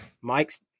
Mike's